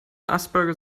asperger